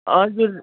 हजुर